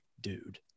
dude